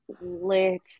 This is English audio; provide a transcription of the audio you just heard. lit